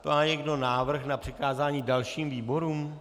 Má někdo návrh na přikázání dalším výborům?